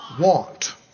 want